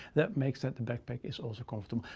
that makes it, the backpack is also comfortable.